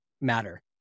matter